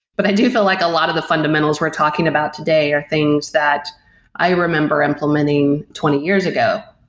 but i do feel like a lot of the fundamentals we're talking about today are things that i remember implementing twenty years ago.